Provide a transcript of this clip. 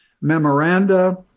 memoranda